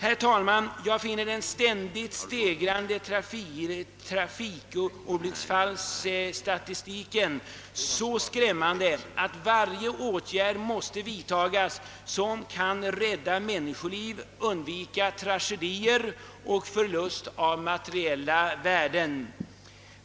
Herr talman! Jag finner statistiken över det ständigt stegrade antalet trafikolycksfall så skrämmande, att varje åtgärd måste vidtas som kan rädda människoliv, undvika tragedier och förlust av materiella värden.